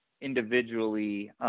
individually –